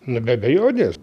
na be abejonės